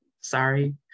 sorry